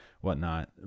whatnot